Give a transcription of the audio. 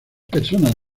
personas